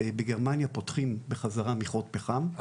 בגרמניה פותחים בחזרה מכרות פחם,